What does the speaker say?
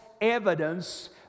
evidence